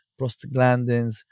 prostaglandins